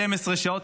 12 שעות,